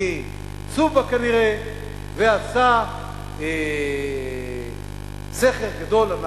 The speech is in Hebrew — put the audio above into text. מצובה כנראה, ועשה סכר גדול לנחל.